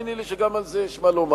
תאמיני לי שגם על זה יש מה לומר.